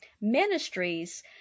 ministries